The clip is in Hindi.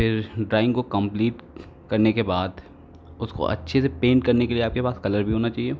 तो ड्राइंग को कम्पलीट करने के बाद उसको अच्छे से पेंट करने के लिए आपके पास कलर भी होना चाहिए